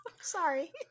sorry